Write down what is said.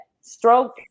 stroke